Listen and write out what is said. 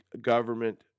government